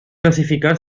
classificar